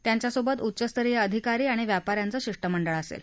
त्यांच्यासोबत उच्चस्तरीय अधिकारी आणि व्यापा यांचं शिष्टमंडळ असेल